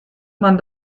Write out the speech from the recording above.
man